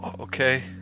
okay